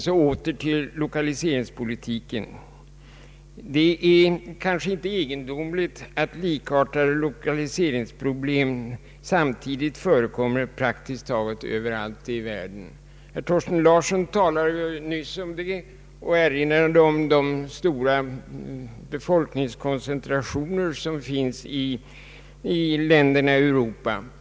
Så åter till lokaliseringspolitiken. Det är kanske inte egendomligt att likartade lokaliseringsproblem samtidigt förekommer praktiskt taget överallt i världen. Herr Thorsten Larsson talade nyss om det och erinrade om de stora befolkningskoncentrationer som finns i länderna i Europa.